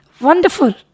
Wonderful